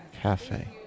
cafe